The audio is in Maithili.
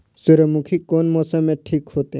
सूर्यमुखी कोन मौसम में ठीक होते?